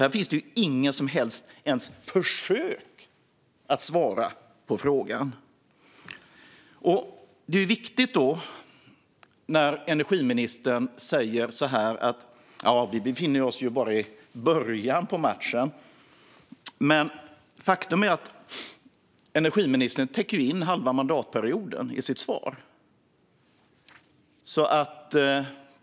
Här finns det inget som helst försök ens att svara på frågan. Energiministern säger att vi bara befinner oss i början av matchen. Men faktum är att energiministern täcker in halva mandatperioden i sitt svar.